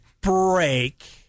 break